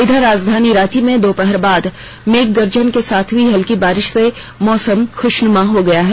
इधर राजधानी रांची में दोपहर बाद मेघ गर्जन के साथ हुई हल्की बारिश से मौसम खुषनुमा हो गया है